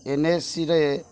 ଏନ୍ଏସିରେ